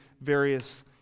various